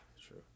true